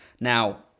Now